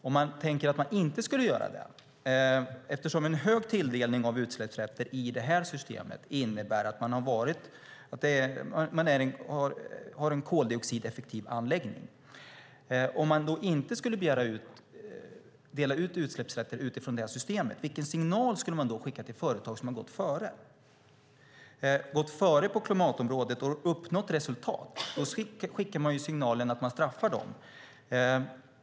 Om man tänker sig att man inte skulle göra det - eftersom en hög tilldelning av utsläppsrätter i det här systemet innebär att man har en koldioxideffektiv anläggning - vilken signal skulle man då skicka till företag som har gått före på klimatområdet och uppnått resultat? Då skickar man ju signalen att det straffar sig att gå före.